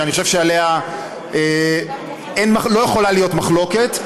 שאני חושב שעליה לא יכולה להיות מחלוקת,